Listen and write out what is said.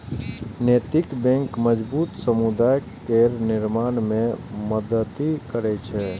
नैतिक बैंक मजबूत समुदाय केर निर्माण मे मदति करै छै